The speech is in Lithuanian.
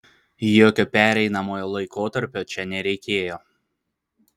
jokio pereinamojo laikotarpio čia nereikėjo